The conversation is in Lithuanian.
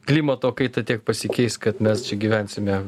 klimato kaita tiek pasikeis kad mes čia gyvensime